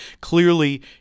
clearly